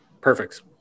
perfect